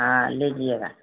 हाँ लीजिएगा